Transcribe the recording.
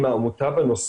ההבחנה שעשינו ביניהם,